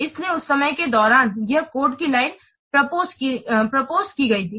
इसलिए उस समय के दौरान यह कोड की लाइनें प्रोपोसड की थी